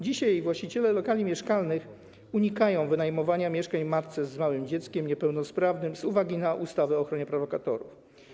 Dzisiaj właściciele lokali mieszkalnych unikają wynajmowania mieszkań matkom z małymi dziećmi niepełnosprawnymi z uwagi na ustawę o ochronie praw lokatorów.